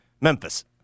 Memphis